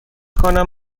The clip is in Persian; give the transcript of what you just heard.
کنم